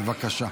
בבקשה.